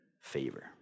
favor